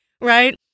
right